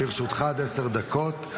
לרשותך עד עשר דקות.